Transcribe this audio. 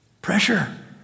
Pressure